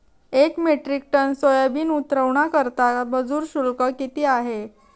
एक metric ton soybean उतरवण्याकरता मजूर शुल्क किती आहे?